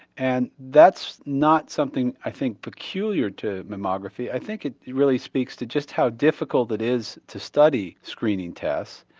and that's not something i think peculiar to mammography, i think it really speaks to just how difficult it is to study screening tests.